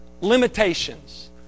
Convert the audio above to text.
limitations